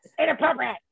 inappropriate